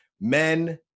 men